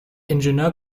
ingenieur